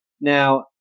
Now